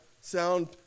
sound